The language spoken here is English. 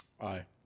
Aye